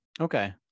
Okay